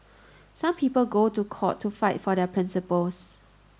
some people go to court to fight for their principles